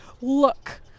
look